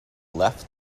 left